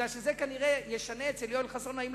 בגלל שזה כנראה ישנה אצל יואל חסון אם לחבוש כיפה או לא.